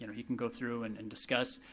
you know he can go through and and discuss,